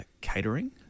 catering